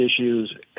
issues